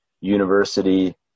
University